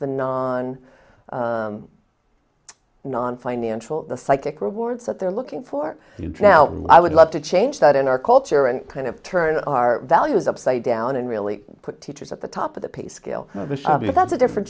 the non nonfinancial the psychic rewards that they're looking for a new trial i would love to change that in our culture and kind of turn our values upside down and really put teachers at the top of the pay scale that's a different